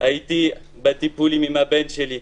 הייתי בטיפולים עם הבן שלי,